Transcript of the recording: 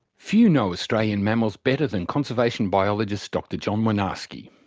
few know australian mammals better than conservation biologist dr john woinarksi.